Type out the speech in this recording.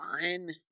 fine